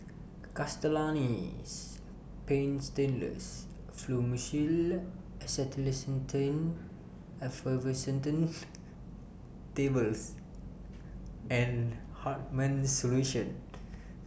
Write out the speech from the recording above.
Castellani's Paint Stainless Fluimucil Acetylcysteine Effervescent Tablets and Hartman's Solution